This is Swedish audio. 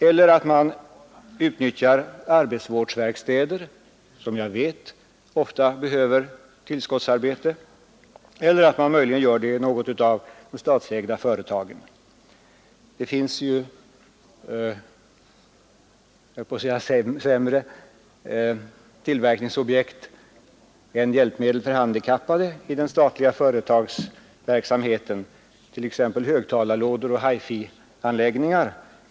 Man kan också utnyttja arbetsvårdsverkstäder, som jag vet ofta behöver tillskottsarbeten, eller låta något av de statsägda företagen få hand om tillverkningen. Jag höll på att säga att det finns sämre tillverkningsobjekt inom den statliga företagsamheten än hjälpmedel för handikappade, t.ex. högtalarlådor och hifi-anläggningar.